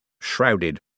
shrouded